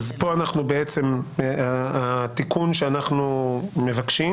אז פה בעצם התיקון שאנחנו מבקשים,